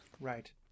Right